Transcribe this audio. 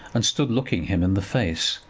and stood looking him in the face,